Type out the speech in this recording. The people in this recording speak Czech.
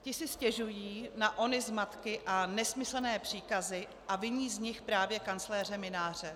Ti si stěžují na ony zmatky a nesmyslné příkazy a viní z nich právě kancléře Mynáře.